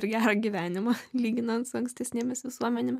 ir gerą gyvenimą lyginant su ankstesnėmis visuomenėms